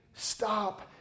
Stop